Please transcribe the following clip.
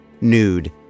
nude